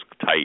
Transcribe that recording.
tight